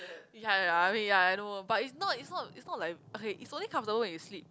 ya ya ya I mean ya I know but it's not it's not it's not like okay it's only comfortable if you sleep